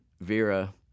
Vera